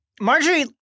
Marjorie